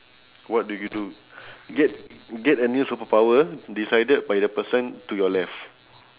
what do you do get get a new superpower decided by the person to your left